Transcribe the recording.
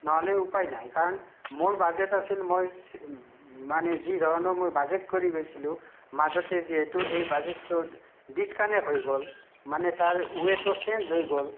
নহ'লে উপায় নাই কাৰণ মোৰ বাজেট আছিল মই মানে যিধৰণৰ মই বাজেট কৰি গৈছিলোঁ মাজতে যিহেতু এই বাজেটটোত ডিচকানেক হৈ গ'ল মানে তাৰ ওৱেটো চেঞ্জ হৈ গ'ল